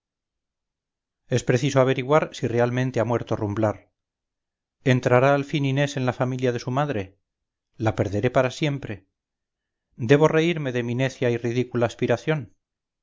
es preciso averiguar si realmente ha muerto rumblar entrará al fin inés en la familia de su madre la perderé para siempre debo reírme de mi necia y ridícula aspiración